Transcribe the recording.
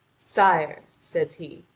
sire, says he,